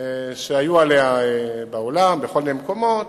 שהיו עליה בעולם, בכל מיני מקומות.